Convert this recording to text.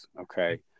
Okay